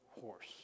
horse